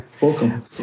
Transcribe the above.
Welcome